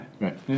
Right